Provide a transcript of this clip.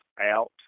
out